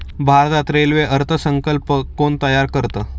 भारतात रेल्वे अर्थ संकल्प कोण तयार करतं?